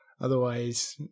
otherwise